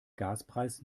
gaspreis